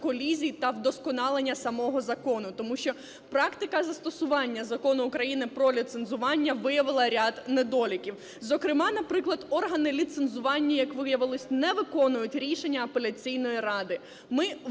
колізій та вдосконалення самого закону. Тому що практика застосування Закону України про ліцензування виявила ряд недоліків. Зокрема, наприклад, органи ліцензування, як виявилося, не виконують рішення апеляційної ради, ми вводимо